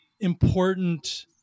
important